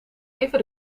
even